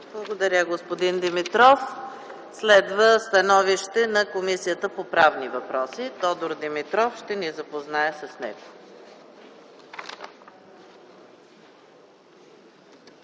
Благодаря, господин Димитров. Следва становище на Комисията по правни въпроси. Тодор Димитров ще ни запознае с него.